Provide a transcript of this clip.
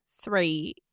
three